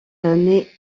naît